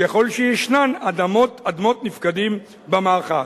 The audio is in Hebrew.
ככל שישנן אדמות נפקדים במאחז.